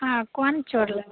हँ कोन चाउर लेबै